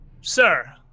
sir